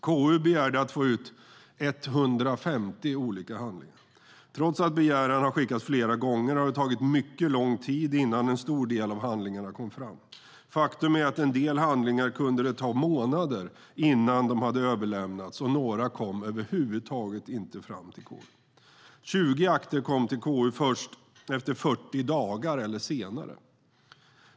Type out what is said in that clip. KU begärde att få ut 150 olika handlingar. Trots att begäran skickades flera gånger tog det mycket lång tid innan en stor del av handlingarna kom fram. Faktum är att det tog månader innan en del handlingar överlämnades, och några kom över huvud taget inte. 20 akter kom till KU först efter 40 dagar eller senare.